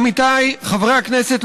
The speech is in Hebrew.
עמיתיי חברי הכנסת,